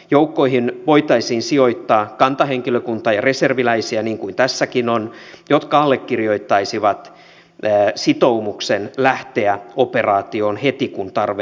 joukkoihin voitaisiin sijoittaa kantahenkilökuntaa ja reserviläisiä niin kuin tässäkin on jotka allekirjoittaisivat sitoumuksen lähteä operaatioon heti kun tarve ilmaantuu